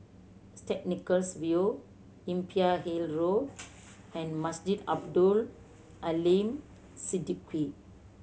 Saint Nicholas View Imbiah Hill Road and Masjid Abdul Aleem Siddique